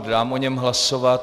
Dám o něm hlasovat.